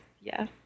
yes